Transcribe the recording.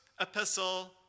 epistle